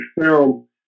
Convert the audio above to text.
film